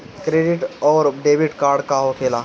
Credit आउरी debit card का होखेला?